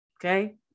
okay